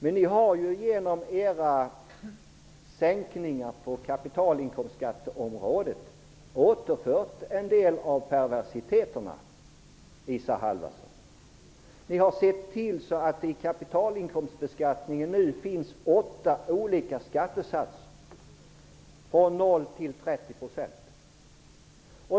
Men ni har genom era sänkningar på kapitalinkomstskatteområdet återfört en del av perversiteterna. Ni har sett till att det i kapitalinkomstbeskattningen nu finns åtta olika skattesatser, från 0 % till 30 %.